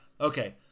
Okay